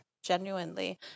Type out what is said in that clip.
genuinely